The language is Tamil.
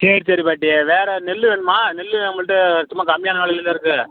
சரி சரி பாட்டி வேறு நெல் வேணுமா நெல் நம்மள்கிட்ட சும்மா கம்மியான விலைல தான் இருக்குது